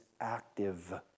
active